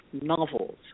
novels